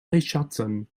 richardson